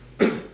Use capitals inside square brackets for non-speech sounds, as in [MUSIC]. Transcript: [COUGHS]